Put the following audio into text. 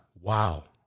wow